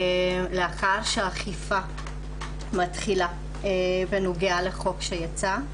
לאחר שהאכיפה מתחילה בנוגע לחוק שיצא.